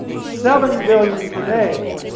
seven billion today,